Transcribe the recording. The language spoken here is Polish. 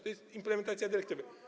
To jest implementacja dyrektywy.